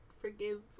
forgive